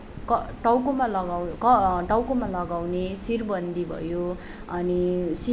क टाउकोमा लगाउ क टाउकोमा लगाउने शिरबन्दी भयो अनि शिरफुल